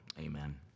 Amen